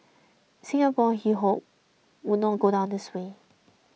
Singapore he hoped would not go down this way